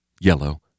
yellow